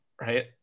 right